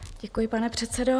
Děkuji, pane předsedo.